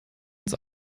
ins